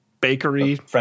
bakery